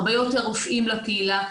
הרבה יותר רופאים לקהילה.